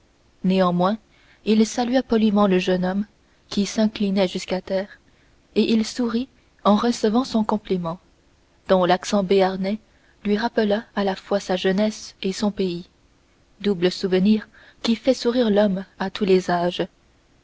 néanmoins il salua poliment le jeune homme qui s'inclina jusqu'à terre et il sourit en recevant son compliment dont l'accent béarnais lui rappela à la fois sa jeunesse et son pays double souvenir qui fait sourire l'homme à tous les âges